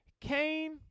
Cain